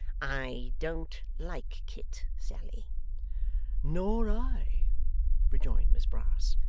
i don't like kit, sally nor i rejoined miss brass.